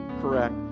correct